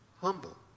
humble